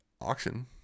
auction